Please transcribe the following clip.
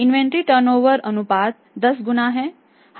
inventory turnover अनुपात 10 गुना है